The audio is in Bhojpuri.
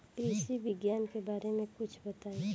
कृषि विज्ञान के बारे में कुछ बताई